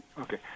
Okay